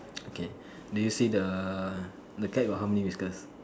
okay do you see the cat got how many whiskers